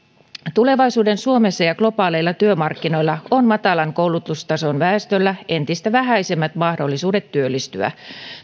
tulevaisuuden suomessa ja globaaleilla työmarkkinoilla on matalan koulutustason väestöllä entistä vähäisemmät mahdollisuudet työllistyä